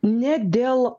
ne dėl